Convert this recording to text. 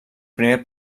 primer